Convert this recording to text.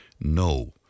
No